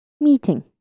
meeting